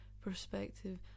perspective